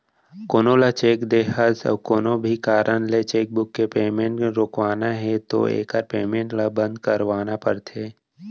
कोनो ल चेक दे हस अउ कोनो भी कारन ले चेकबूक के पेमेंट रोकवाना है तो एकर पेमेंट ल बंद करवाना परथे